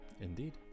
Indeed